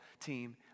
team